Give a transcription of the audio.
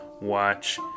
watch